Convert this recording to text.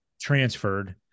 transferred